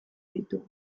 ditugu